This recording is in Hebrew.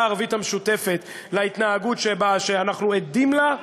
הערבית המשותפת להתנהגות שאנחנו עדים לה.